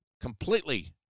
completely